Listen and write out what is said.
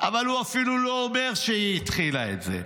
אבל הוא אפילו לא אומר שהיא התחילה את זה.